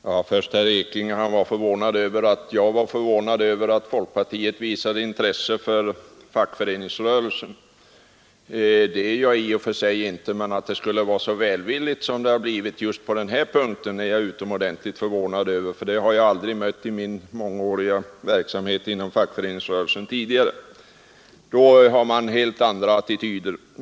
Herr talman! Herr Ekinge var förvånad över att jag var förvånad över att folkpartiet visade intresse för fackföreningsrörelsen. Jag finner i och för sig inte folkpartiets inställning förvånande, men att man är så välvillig som man är just på denna punkt är jag utomordentligt förvånad över, för något sådant har jag aldrig tidigare mött under min mångåriga verksamhet inom fackföreningsrörelsen. Då har man intagit helt andra attityder.